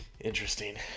Interesting